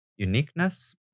uniqueness